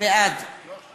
בעד